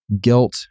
guilt